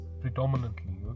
predominantly